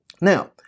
Now